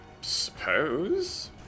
Suppose